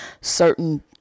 certain